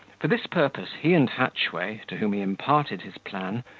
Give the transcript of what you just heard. for this purpose he and hatchway, to whom he imparted his plan,